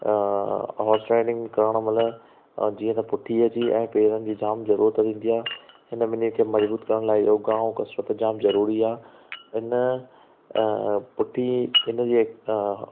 horse riding करण महिल जीअं पुठीअ जी ऐं पेरनि जी जाम ज़रूरत थींदी आहे हिन ॿिनि खे मज़बूत करण लाइ योगा ऐं कसरत जाम ज़रुरी आहे इन पुठीअ इन जे